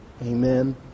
Amen